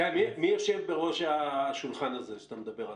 שי, מי יושב בראש השולחן הזה שאתה מדבר עליו?